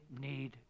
need